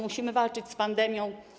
Musimy walczyć z pandemią.